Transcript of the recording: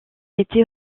était